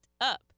up